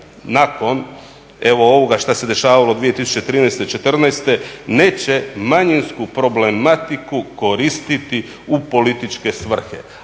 nakon evo ovoga šta se dešavalo 2013., četrnaeste neće manjinsku problematiku koristiti u političke svrhe.